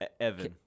Evan